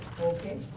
okay